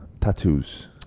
tattoos